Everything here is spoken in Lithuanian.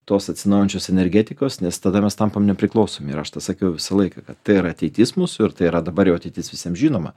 tos atsinaujinančios energetikos nes tada mes tampam nepriklausomi ir aš tą sakiau visą laiką kad tai yra ateitis mūsų ir tai yra dabar jau ateitis visiem žinoma